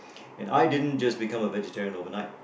and I didn't just become a vegetarian over night